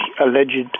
alleged